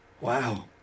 wow